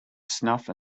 snuff